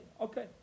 Okay